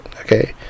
okay